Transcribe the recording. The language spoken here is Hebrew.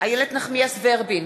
איילת נחמיאס ורבין,